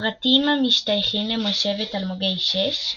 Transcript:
לפרטים המשתייכים למושבת אלמוגי-שש,